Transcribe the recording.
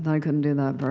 i couldn't do that part.